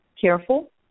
careful